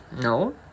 No